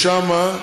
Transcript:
שם,